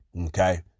okay